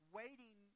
waiting